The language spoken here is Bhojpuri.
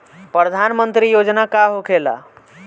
प्रधानमंत्री योजना का होखेला?